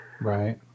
Right